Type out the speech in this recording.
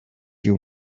you